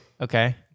Okay